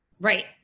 Right